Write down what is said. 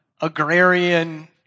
agrarian